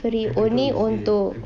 free only untuk